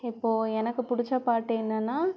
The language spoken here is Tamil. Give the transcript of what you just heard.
இப்போது எனக்கு பிடிச்ச பாட்டு என்னன்னால்